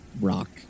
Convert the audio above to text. rock